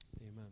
Amen